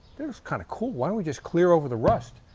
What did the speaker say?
this is kinda cool, why don't we just clear over the rust?